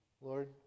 Lord